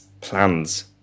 plans